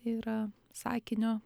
yra sakinio